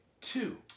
two